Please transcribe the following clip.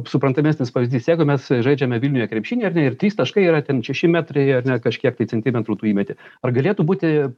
suprantamesnis pavyzdys jeigu mes žaidžiame vilniuje krepšinį ar ne ir trys taškai yra ten šeši metrai ar ne kažkiek tai centimetrų tu įmeti ar galėtų būti